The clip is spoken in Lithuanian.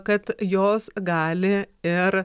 kad jos gali ir